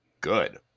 good